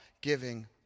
giving